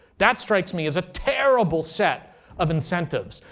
that strikes me as a terrible set of incentives.